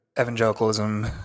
evangelicalism